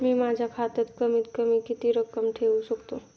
मी माझ्या खात्यात कमीत कमी किती रक्कम ठेऊ शकतो?